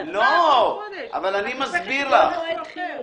משרד המשפטים, יש פה הצעה שמגינה על הלקוח.